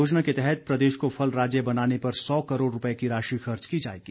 योजना के तहत प्रदेश को फल राज्य बनाने पर सौ करोड़ रूपए की राशि खर्च की जाएगी